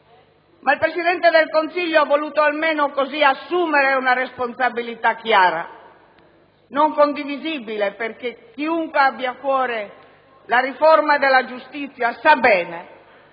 ma il Presidente del Consiglio ha voluto almeno così assumere una responsabilità chiara, non condivisibile, perché chiunque abbia a cuore la riforma della giustizia sa bene